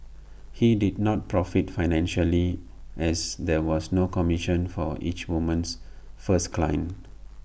he did not profit financially as there was no commission for each woman's first client